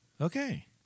Okay